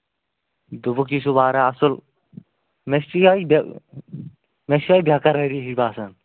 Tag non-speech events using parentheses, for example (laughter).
دوٚپُکھ یہِ چھُ واریاہ اَصٕل مےٚ چھِ یِہٕے (unintelligible) مےٚ چھِ یِہٕے بٮ۪قَرٲری ہِش باسان